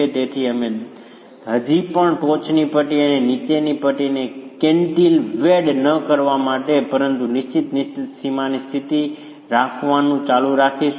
તેથી અમે હજી પણ ટોચની પટ્ટી અને નીચેની પટ્ટીને કેન્ટિલવેર્ડ ન કરવા માટે પરંતુ નિશ્ચિત નિશ્ચિત સીમાની સ્થિતિ રાખવાનું ચાલુ રાખીશું